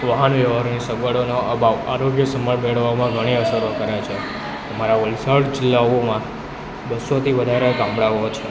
વાહન વ્યવહારની સગવડોનો અભાવ આરોગ્ય સંભાળ મેળવવામાં ઘણી અસરો કરે છે અમારા વલસાડ જિલ્લાઓમાં બસોથી વધારે ગામડાઓ છે